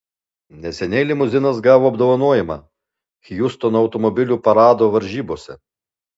neseniai limuzinas gavo apdovanojimą hjustono automobilių parado varžybose